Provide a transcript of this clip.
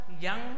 young